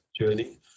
journey